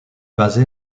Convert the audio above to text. basée